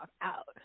out